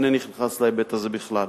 אינני נכנס להיבט הזה בכלל.